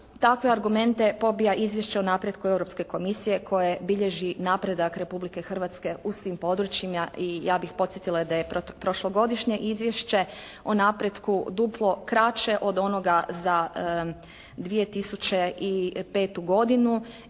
takve argumente pobija izvješće o napretku Europske komisije koja bilježi napredak Republike Hrvatske u svim područjima i ja bih podsjetila da je prošlogodišnje izvješće o napretku duplo kraće od onoga za 2005. godinu